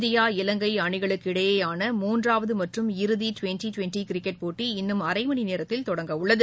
India Ilangai அணிகளுக்கிடையேயான மூன்றாவது மற்றும் இறுதி டுவெண்டி டுவெண்டி கிரிக்கெட் போட்டி இன்னும் அரைமணி நேரத்தில் தொடங்கவுள்ளது